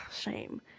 shame